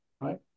right